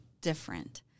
different